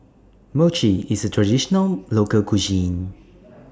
Mochi IS A Traditional Local Cuisine